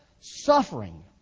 suffering